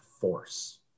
force